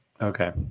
Okay